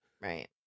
Right